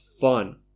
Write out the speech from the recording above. fun